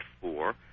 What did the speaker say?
four